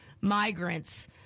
migrants